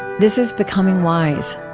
this is becoming wise.